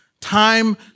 time